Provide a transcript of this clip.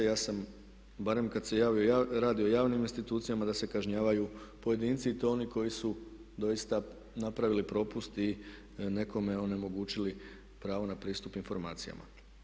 Ja sam barem kad se radi o javnim institucijama da se kažnjavaju pojedinci i to oni koji su doista napravili propust i nekome onemogućili pravo na pristup informacijama.